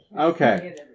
Okay